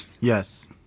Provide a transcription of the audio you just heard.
yes